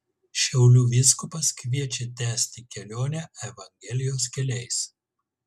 šiaulių vyskupas kviečia tęsti kelionę evangelijos keliais